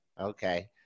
Okay